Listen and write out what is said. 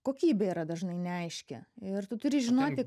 kokybė yra dažnai neaiški ir tu turi žinoti